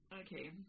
Okay